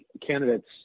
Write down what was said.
candidates